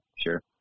sure